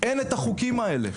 אין את החוקים האלה.